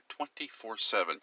24-7